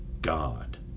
God